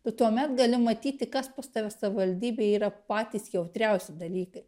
tu tuomet gali matyti kas pas tave savaldybėj yra patys jautriausi dalykai